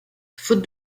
faute